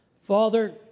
Father